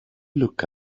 look